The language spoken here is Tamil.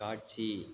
காட்சி